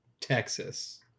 Texas